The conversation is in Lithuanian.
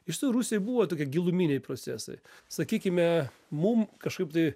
iš tiesų rusijoj buvo tokie giluminiai procesai sakykime mum kažkaip tai